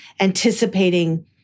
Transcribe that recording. anticipating